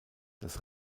das